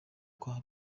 kwa